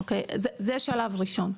אוקיי, זה שלב ראשון.